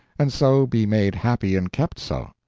and so be made happy and kept so.